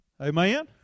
Amen